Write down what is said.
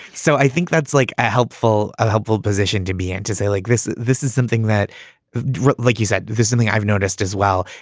so i think that's like a helpful, ah helpful position to be and to say like this, this is something that like you said, this something i've noticed as well,